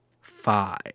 five